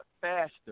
faster